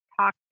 talk